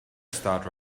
start